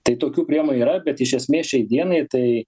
tai tokių priemonių yra bet iš esmės šiai dienai tai